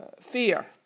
fear